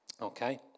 Okay